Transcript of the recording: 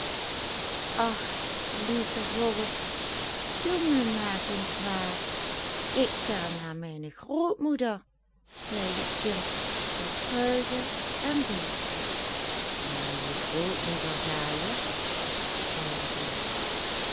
ach lieve wolf doe me maar geen kwaad ik ga naar mijne grootmoeder zei het kind dat huilde en beefde naar je grootmoeder ga je zei de wolf